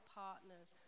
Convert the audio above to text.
partners